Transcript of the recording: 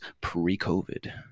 pre-COVID